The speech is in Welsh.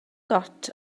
got